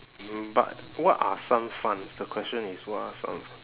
mm but what are some funs the question is what are some